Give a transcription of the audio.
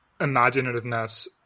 imaginativeness